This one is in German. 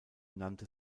nannte